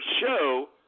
show